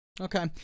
Okay